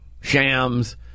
Shams